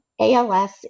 ALS